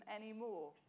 anymore